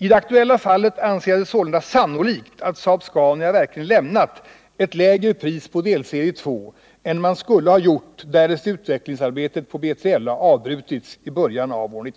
I det aktuella fallet anser jag sålunda sannolikt att Saab-Scania verkligen lämnat ett lägre pris på delserie 2 än man skulle ha gjort därest utvecklingsarbetet på BLA avbrutits i början av år